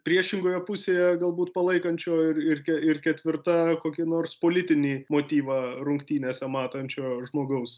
priešingoje pusėje galbūt palaikančio ir ir ir ketvirta kokį nors politinį motyvą rungtynėse matančio žmogaus